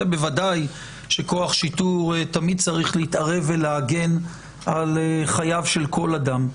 זה בוודאי שכוח שיטור תמיד צריך להתערב ולהגן על חייו של כל אדם,